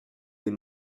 les